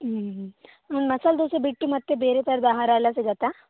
ಮಸಾಲೆ ದೋಸೆ ಬಿಟ್ಟು ಮತ್ತೆ ಬೇರೆ ಥರದ ಆಹಾರ ಎಲ್ಲ ಸಿಗತ್ತಾ